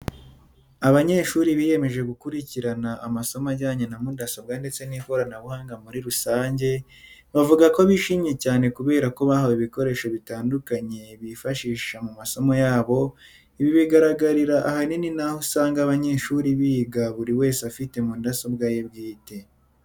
Abanyeshuri biyemeje gukurikirana amasomo ajyanye na mudasobwa ndetse n'ikoranabuhanga muri rusange, bavuga ko bishimye cyane kubera ko bahawe ibikoresho bitandukanye bifashisha mu masomo yabo, ibi bigaragarira ahanini n'aho usanga abanyeshuri biga buri wese afite mudasobwa ye bwite.